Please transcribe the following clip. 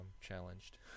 challenged